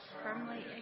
firmly